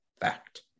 fact